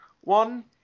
One